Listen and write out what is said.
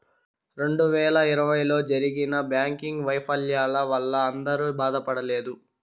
రెండు వేల ఇరవైలో జరిగిన బ్యాంకింగ్ వైఫల్యాల వల్ల అందరూ బాధపడలేదు